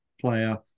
player